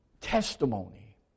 testimony